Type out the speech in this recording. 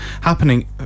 happening